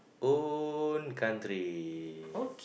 own country